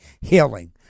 healing